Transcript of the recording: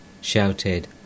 shouted